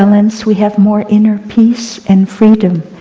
um and we have more inner peace and freedom.